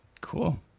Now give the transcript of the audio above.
Cool